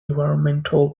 environmental